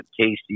Casey